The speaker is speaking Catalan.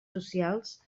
socials